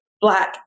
Black